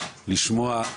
לשמוע.